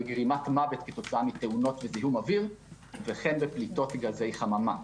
בגרימת מוות כתוצאה מתאונות וזיהום אוויר וכן בפליטות גזי חממה.